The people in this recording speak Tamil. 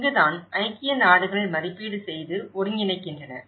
இங்குதான் ஐக்கிய நாடுகள் மதிப்பீடு செய்து ஒருங்கிணைக்கின்றன